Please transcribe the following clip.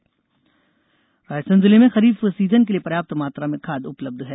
खरीफ खाद रायसेन जिले में खरीफ सीजन के लिए पर्याप्त मात्रा में खाद उपलब्ध है